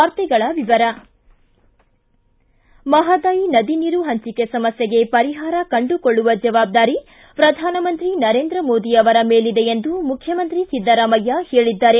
ವಾರ್ತೆಗಳ ವಿವರ ಮಹದಾಯಿ ನದಿ ನೀರು ಪಂಚಿಕೆ ಸಮಸ್ಕೆಗೆ ಪರಿಪಾರ ಕಂಡುಕೊಳ್ಳುವ ಜವಾಬ್ಬಾರಿ ಪ್ರಧಾನಮಂತ್ರಿ ನರೇಂದ್ರ ಮೋದಿ ಅವರ ಮೇಲಿದೆ ಎಂದು ಮುಖ್ಯಮಂತ್ರಿ ಸಿದ್ದರಾಮಯ್ಯ ಹೇಳಿದ್ದಾರೆ